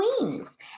wings